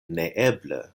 neeble